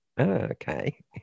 Okay